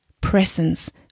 presence